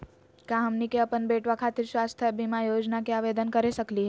का हमनी के अपन बेटवा खातिर स्वास्थ्य बीमा योजना के आवेदन करे सकली हे?